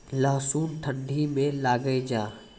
लहसुन ठंडी मे लगे जा?